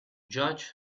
judge